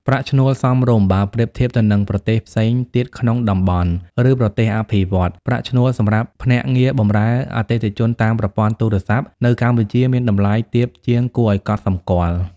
ប្រាក់ឈ្នួលសមរម្យ បើប្រៀបធៀបទៅនឹងប្រទេសផ្សេងទៀតក្នុងតំបន់ ឬប្រទេសអភិវឌ្ឍន៍ ប្រាក់ឈ្នួលសម្រាប់ភ្នាក់ងារបម្រើអតិថិជនតាមប្រព័ន្ធទូរស័ព្ទ នៅកម្ពុជាមានតម្លៃទាបជាងគួរឱ្យកត់សម្គាល់។